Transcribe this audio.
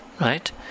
right